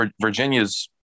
Virginia's